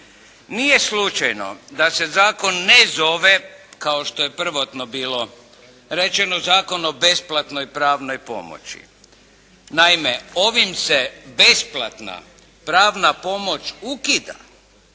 Nije slučajno da se zakon ne zove kao što je prvotno bilo rečeno, Zakon o besplatnoj pravnoj pomoći. Naime ovim se besplatna pravna pomoć ukida.